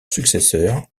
successeur